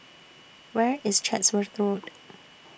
Where IS Chatsworth Road